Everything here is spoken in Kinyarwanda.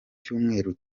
cyumweru